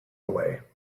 away